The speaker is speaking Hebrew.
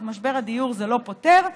את משבר הדיור זה לא פותר,